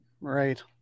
Right